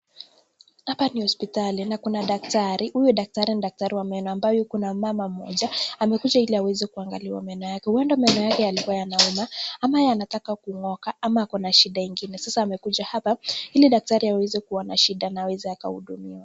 Hapa ni hospitali na kuna daktari, huyo daktari ni daktari wa meno ambaye kuna mama mmoja, amekuja ili aweze kuangaliwa meno yake, ueda meno yake yalikuwa yanauma ama yanataka kung'oka ama akona shida ingine, sasa amekuja hapa ili daktari aweze kuona shida na aweze akahudumiwa.